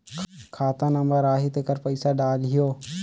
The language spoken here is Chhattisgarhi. खाता नंबर आही तेकर पइसा डलहीओ?